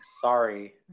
Sorry